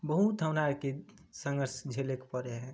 बहुत हमरा आरके संघर्ष झेलैके परै है